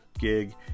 gig